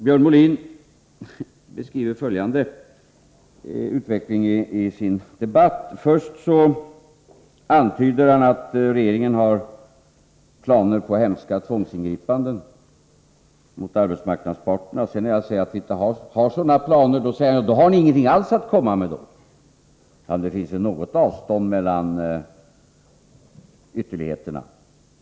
Björn Molin beskriver följande utveckling i sin debatt. Först antyder han att regeringen har planer på hemska tvångsingripanden mot arbetsmarknadsparterna. När jag sedan säger att vi inte har sådana planer, säger han att vi inte har någonting alls att komma med. Det finns väl något avstånd mellan ytterligheterna.